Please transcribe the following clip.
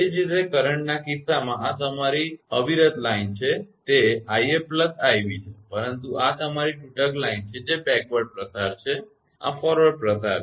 એ જ રીતે કરંટના કિસ્સામાં આ તમારી અવિરત લાઇન છે તે 𝑖𝑓 𝑖𝑏 છે પરંતુ આ તમારી તૂટક લાઇન છે જે આ બેકવર્ડ પ્રસાર છે અને આ ફોરવર્ડ પ્રસાર છે